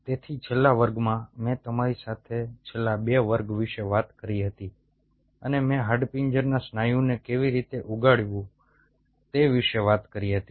તેથી છેલ્લા વર્ગમાં મેં તમારી સાથે છેલ્લા બે વર્ગ વિશે વાત કરી હતી અને મેં હાડપિંજરના સ્નાયુને કેવી રીતે ઉગાડવું તે વિશે વાત કરી હતી